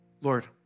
Lord